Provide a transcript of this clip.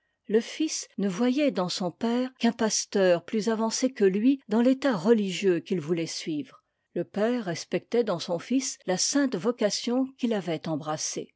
le fils ne voyait dans son père qu'un pasteur plus avancé que lui dans l'état religieux qu'il voulait suivre le père respectait dans son fils la sainte vocation qu'il avait embrassée